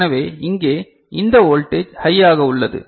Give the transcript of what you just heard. எனவே இங்கே இந்த வோல்டேஜ் ஹையாக உள்ளது